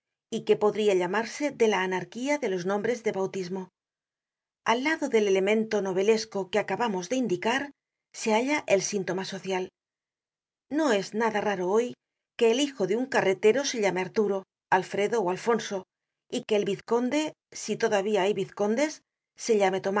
y que podria llamarse de la anarquía de los nombres de bautismo al lado del elemento novelesco